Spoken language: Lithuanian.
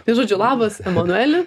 tai žodžiu labas emanueli